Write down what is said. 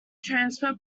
transfer